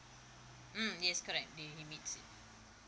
mm yes correct they he meets it